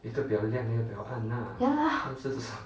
ya lah